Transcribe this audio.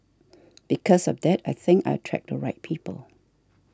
because of that I think I attract the right people